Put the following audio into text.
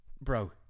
bro